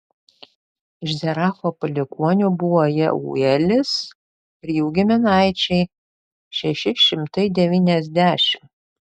iš zeracho palikuonių buvo jeuelis ir jų giminaičiai šeši šimtai devyniasdešimt